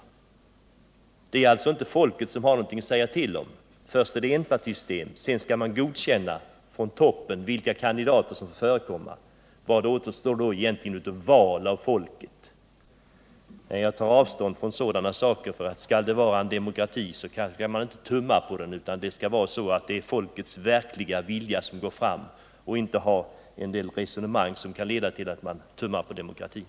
Folket har alltså inte någonting att säga till om. Först är det enpartisystem, sedan skall man från toppen godkänna de kandidater som skall förekomma. Vad återstår då egentligen av val genom folket? Nej, jag tar avstånd från sådant. Skall det vara en demokrati så skall folkets verkliga vilja komma fram. Det skall inte vara resonemang som kan leda till att man tummar på demokratin.